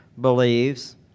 believes